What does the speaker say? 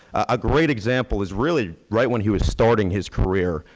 a great example is really right when he was starting his career,